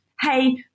hey